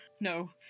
No